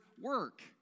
work